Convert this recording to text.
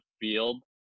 field